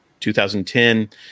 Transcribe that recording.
2010